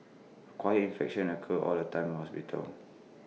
acquired infections occur all the time in hospitals